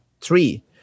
Three